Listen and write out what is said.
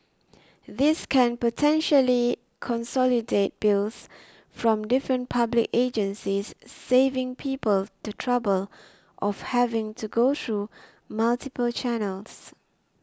this can potentially consolidate bills from different public agencies saving people the trouble of having to go through multiple channels